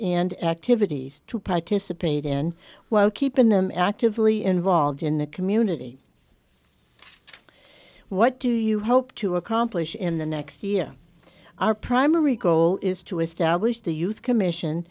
and activities to participate in while keeping them actively involved in the community what do you hope to accomplish in the next year our primary goal is to establish the youth commission